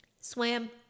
Swam